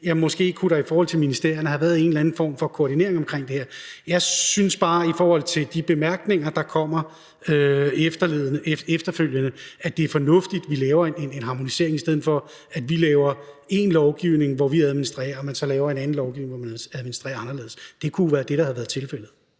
siger, at der i forhold til ministerierne måske kunne have været en eller anden form for koordinering af det her. Jeg synes bare, i forhold til de bemærkninger, der kommer efterfølgende, at det er fornuftigt, at vi laver en harmonisering, i stedet for at vi laver én lovgivning, hvor vi administrerer på en måde, og der så laves en anden lovgivning, hvor der administreres anderledes. Det er det, der kunne have været tilfældet.